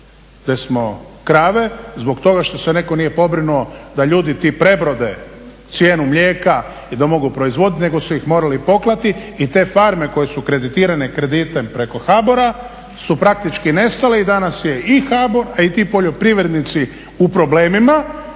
gdje smo krave zbog toga što se netko nije pobrinuo da ljudi ti prebrode cijenu mlijeka i da mogu proizvoditi nego su ih morali poklati. I te farme koje su kreditirane kreditom preko HBOR-a su praktički nestale i danas je i HBOR a i ti poljoprivrednici u problemima.